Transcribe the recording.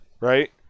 right